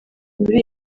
muri